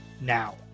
Now